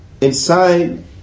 inside